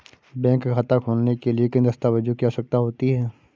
Bank खाता खोलने के लिए किन दस्तावेजों की आवश्यकता होती है?